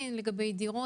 המקרקעין לגבי דירות?